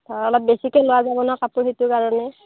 অ' অলপ বেছিকৈ লোৱা যাব ন কাপোৰ সেইটো কাৰণে